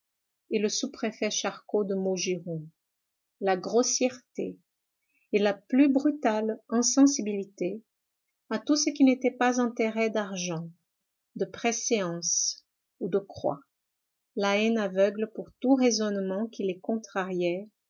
et le sous-préfet charcot de maugiron la grossièreté et la plus brutale insensibilité à tout ce qui n'était pas intérêt d'argent de préséance ou de croix la haine aveugle pour tout raisonnement qui les contrariait